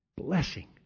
blessing